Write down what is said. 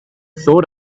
thought